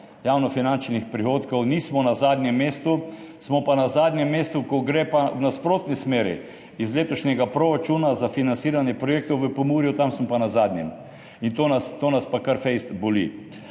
javnofinančnih prihodkov, nismo na zadnjem mestu, smo pa na zadnjem mestu, ko gre pa v nasprotno smer iz letošnjega proračuna za financiranje projektov v Pomurju, tam smo pa na zadnjem mestu. To nas zelo boli.